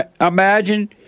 imagine